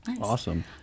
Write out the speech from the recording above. awesome